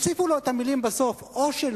ותוסיפו לו בסוף את המלים "או שלא",